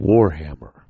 Warhammer